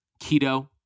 keto